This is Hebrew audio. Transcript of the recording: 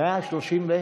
ההסתייגות (130)